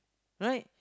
right